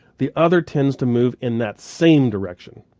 the other tends to move in that same direction.